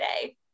today